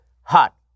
hot